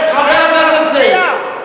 חבר הכנסת זאב,